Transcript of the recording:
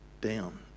down